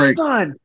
son